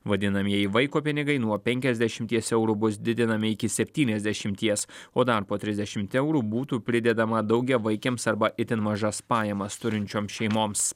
vadinamieji vaiko pinigai nuo penkiasdešimties eurų bus didinami iki septyniasdešimties o dar po trisdešimt eurų būtų pridedama daugiavaikėms arba itin mažas pajamas turinčioms šeimoms